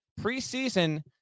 preseason